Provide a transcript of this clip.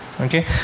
Okay